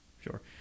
sure